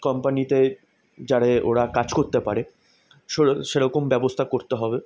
কোম্পানিতে যারে ওরা কাজ করতে পারে ষোলো সেরকম ব্যবস্থা করতে হবে